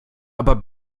aber